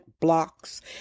blocks